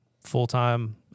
full-time